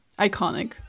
iconic